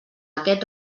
aquest